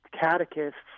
catechists